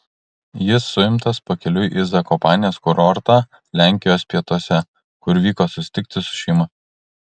jis suimtas pakeliui į zakopanės kurortą lenkijos pietuose kur vyko susitikti su šeima